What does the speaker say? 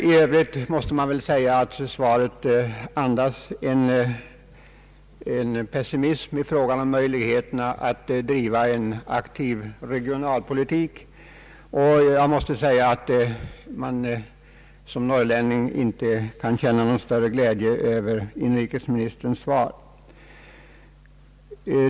I övrigt måste man emellertid säga att svaret andas pessimism i fråga om möjligheterna att driva en aktiv regionalpolitik. Man kan som norrlänning inte känna någon större glädje över inrikesministerns svar.